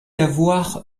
avoir